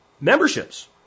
memberships